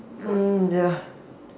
err ya